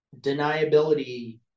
deniability